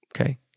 Okay